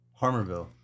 Harmerville